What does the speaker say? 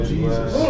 Jesus